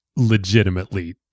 legitimately